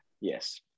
yes